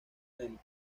lento